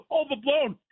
overblown